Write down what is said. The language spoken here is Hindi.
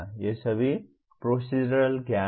ये सभी प्रोसीज़रल ज्ञान हैं